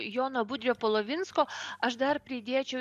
jono budrio polovinsko aš dar pridėčiau